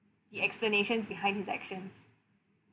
the explanations behind his actions